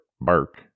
bark